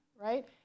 right